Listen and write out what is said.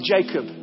Jacob